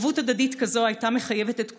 ערבות הדדית כזאת הייתה מחייבת את כולנו,